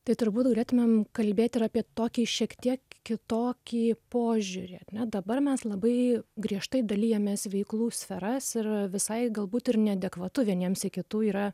tai turbūt galėtumėm kalbėti apie ir tokį šiek tiek kitokį požiūrį ar ne dabar mes labai griežtai dalijamės veiklų sferas ir visai galbūt ir neadekvatu vieniems į kitų yra